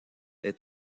est